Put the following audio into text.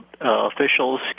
officials